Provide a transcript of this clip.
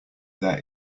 there